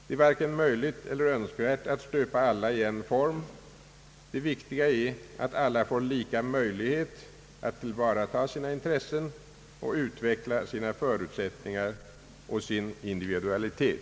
Det är varken möjligt eller önskvärt att stöpa alla i en form. Det viktiga är att alla får lika möjlighet att tillvarata sina intressen och utveckla sina förutsättningar och sin individualitet.